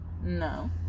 No